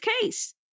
case